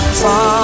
far